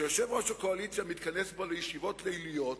שיושב-ראש הקואליציה מתכנס בו לישיבות ליליות